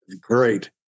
Great